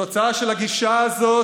התוצאה של הגישה הזאת,